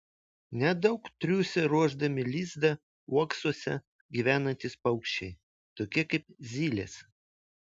nedaug triūsia ruošdami lizdą uoksuose gyvenantys paukščiai tokie kaip zylės